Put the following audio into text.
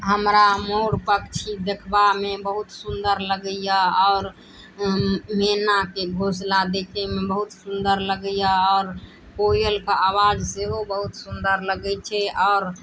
हमरा मोर पक्षी देखबामे बहुत सुन्दर लगैय आओर मेनाके घोसला देखैमे बहुत सुन्दर लगैया आओर कोयलके आवाज सेहो बहुत सुन्दर लगै छै आओर